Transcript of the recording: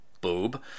boob